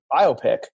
Biopic